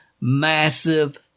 massive